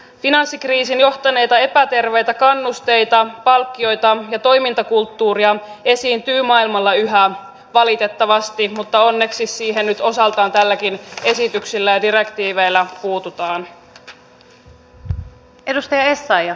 finanssikriisiin johtaneita epäterveitä kannusteita palkkioita ja toimintakulttuuria esiintyy maailmalla yhä valitettavasti mutta onneksi siihen nyt osaltaan tälläkin esityksellä ja direktiiveillä puututaan